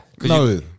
No